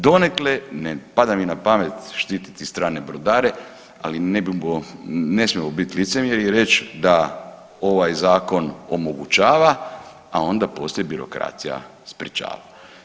Donekle ne pada mi na pamet štititi strane brodare, ali ne mogu, ne smijemo biti licemjeri i reći da ovaj zakon omogućava, a onda poslije birokracija sprječava.